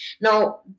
Now